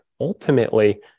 ultimately